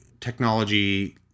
technology